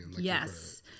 Yes